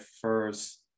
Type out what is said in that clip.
first